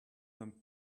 them